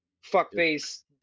fuck-face